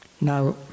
Now